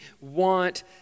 want